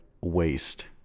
waste